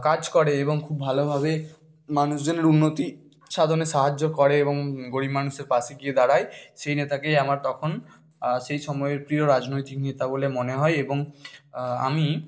কাজ করে এবং খুব ভালোভাবে মানুষজনের উন্নতি সাধনে সাহায্য করে এবং গরিব মানুষের পাশে গিয়ে দাঁড়ায় সেই নেতাকেই আমার তখন সেই সময়ের প্রিয় রাজনৈতিক নেতা বলে মনে হয় এবং আমি